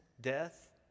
death